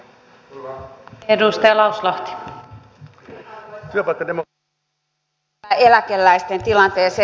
palaan vielä eläkeläisten tilanteeseen